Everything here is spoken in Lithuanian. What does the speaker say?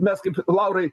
mes kaip laurai